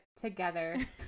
together